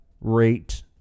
rate